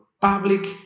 public